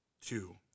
two